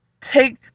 take